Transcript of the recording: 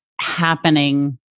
happening